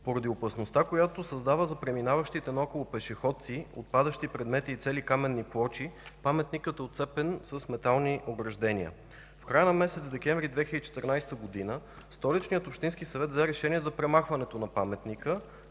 Поради опасността, която създава за преминаващите наоколо пешеходци от падащи предмети и цели каменни плочи, паметникът е отцепен с метални ограждения. В края на месец декември 2014 г. Столичният общински съвет взе решение за премахването на паметника,